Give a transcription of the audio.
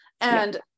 And-